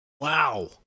Wow